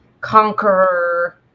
conqueror